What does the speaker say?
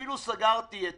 אפילו סגרתי את